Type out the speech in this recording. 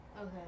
Okay